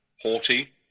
haughty